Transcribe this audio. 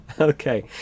Okay